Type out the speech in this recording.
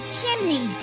chimney